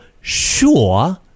sure